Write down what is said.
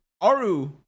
Aru